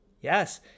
Yes